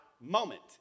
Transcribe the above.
moment